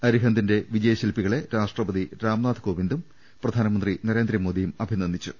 അരിഹന്തിന്റെ വിജയ ശില്പികളെ രാഷ്ട്രപതി രാംനാഥ് കോവിന്ദും പ്രധാനമന്ത്രി നരേന്ദ്രമോദിയും അഭിനന്ദിച്ചു